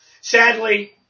Sadly